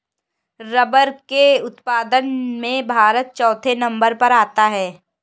rubber के उत्पादन में भारत चौथे नंबर पर आता है